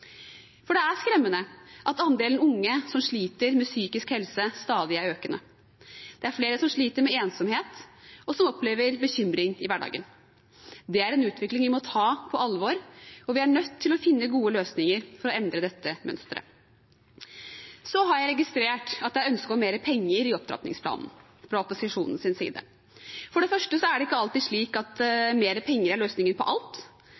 Det er skremmende at andelen unge som sliter med psykisk helse, stadig er økende. Det er flere som sliter med ensomhet, og som opplever bekymring i hverdagen. Det er en utvikling vi må ta på alvor, og vi er nødt til å finne gode løsninger for å endre dette mønsteret. Så har jeg registrert at det er ønske om mer penger i opptrappingsplanen fra opposisjonens side. For det første er det ikke alltid slik at mer penger er løsningen på alt,